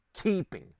keeping